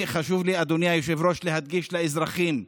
חשוב לי, אדוני היושב-ראש, להדגיש לאזרחים,